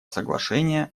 соглашение